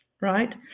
right